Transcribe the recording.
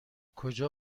کجا